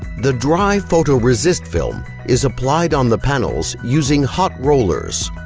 the dry photoresist film is applied on the panels using hot rollers.